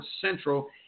Central